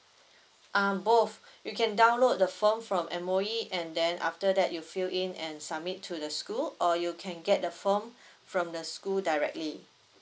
um both you can download the form from M_O_E and then after that you fill in and submit to the school or you can get the form from the school directly